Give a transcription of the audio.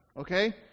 okay